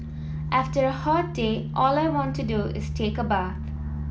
after a hot day all I want to do is take a bath